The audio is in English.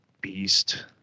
Beast